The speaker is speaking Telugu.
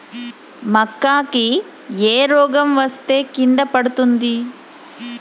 మక్కా కి ఏ రోగం వస్తే కింద పడుతుంది?